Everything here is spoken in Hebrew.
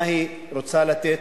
מה היא רוצה לתת,